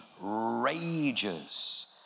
rages